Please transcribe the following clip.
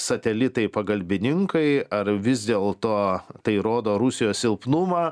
satelitai pagalbininkai ar vis dėlto tai rodo rusijos silpnumą